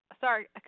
Sorry